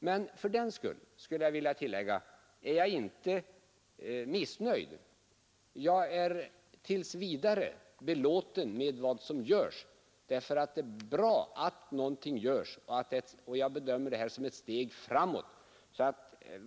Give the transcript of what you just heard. Men fördenskull, vill jag tillägga, är jag inte missnöjd jag är tills vidare belåten med vad som görs. Det är bra att något görs, och jag bedömer detta som ett steg framåt.